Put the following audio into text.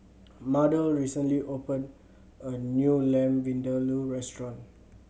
Mardell recently opened a new Lamb Vindaloo restaurant